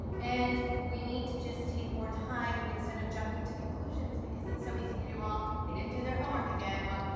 and we need to just take more time instead of jumping to conclusions because it's so easy to do, well, they didn't do their homework again. well.